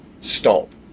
Stop